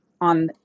on